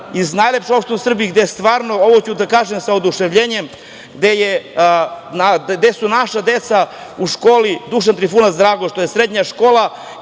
iz najlepše opštine u Srbiji, ovo ću da kažem sa oduševljenjem, gde su naša deca u školi „Dušan Trivunac Dragoš“, to je srednja škola